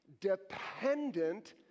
dependent